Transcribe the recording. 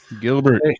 Gilbert